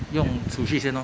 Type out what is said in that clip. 用出息先 loh